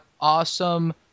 awesome